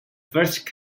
first